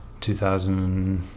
2000